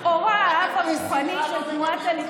לכאורה האב הרוחני של תנועת הליכוד.